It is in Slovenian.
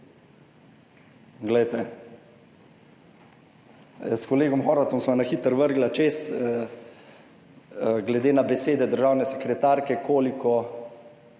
redu. S kolegom Horvatom sva na hitro vrgla čez, glede na besede državne sekretarke, koliko